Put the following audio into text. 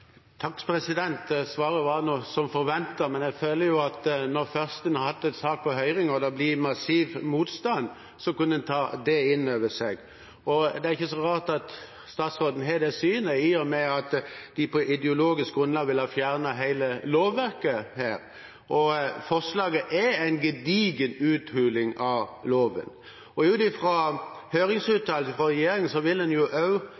Svaret var som forventet, men jeg tenker jo at når en først har hatt en sak på høring og det blir massiv motstand, kunne en ta det inn over seg. Og det er ikke så rart at statsråden har det synet, i og med at de på ideologisk grunnlag ville ha fjernet hele lovverket her. Forslaget er en gedigen uthuling av loven. Ut fra høringsuttalelsene fra regjeringen vil